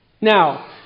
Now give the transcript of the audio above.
Now